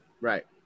Right